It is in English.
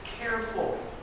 careful